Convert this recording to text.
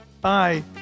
Bye